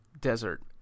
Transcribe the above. desert